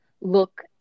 look